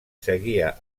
seguia